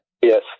Yes